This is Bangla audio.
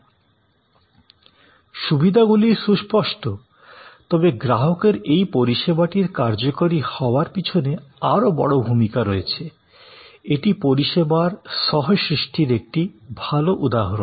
সুবিধাগুলি সুস্পষ্ট তবে গ্রাহকের এই পরিষেবাটির কার্যকারি হওয়ার পিছনে আরও বড় ভূমিকা রয়েছে এটি পরিষেবার সহ সৃষ্টির একটি ভাল উদাহরণ